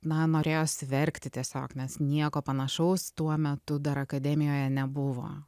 man norėjosi verkti tiesiog nes nieko panašaus tuo metu dar akademijoje nebuvo